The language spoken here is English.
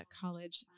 college